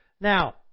Now